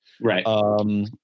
right